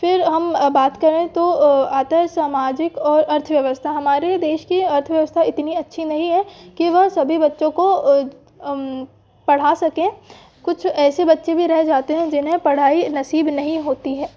फिर हम बात करें तो अतः सामाजिक और अर्थव्यवस्था हमारे देश की अर्थव्यवस्था इतनी अच्छी नहीं है की वह सभी बच्चों को पढ़ा सके कुछ ऐसे बच्चे भी रह जाते है जिन्हें पढ़ाई नसीब नहीं होती है